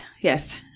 yes